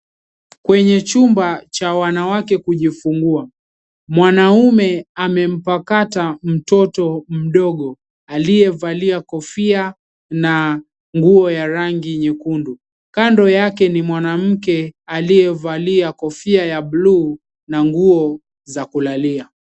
Kwenye chumba cha wanawake kujifungua, mwanaume amempakata mtoto mdogo, aliyevalia kofia na nguo yenye rangi nyekundu. Kando yake ni mwanamke aliyevalia kofia ya buluu na mguo za kulalia.